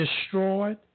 destroyed